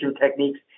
techniques